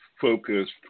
focused